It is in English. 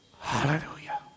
hallelujah